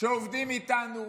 שעובדים איתנו?